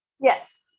Yes